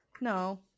No